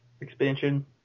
expansion